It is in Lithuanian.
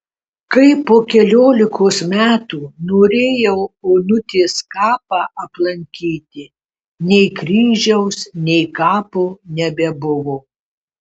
kai po keliolikos metų norėjau onutės kapą aplankyti nei kryžiaus nei kapo nebebuvo